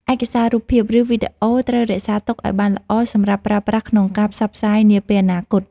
ឯកសាររូបភាព ឬ វីដេអូត្រូវរក្សាទុកឱ្យបានល្អសម្រាប់ប្រើប្រាស់ក្នុងការផ្សព្វផ្សាយនាពេលអនាគត។